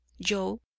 Joe